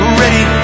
ready